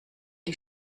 die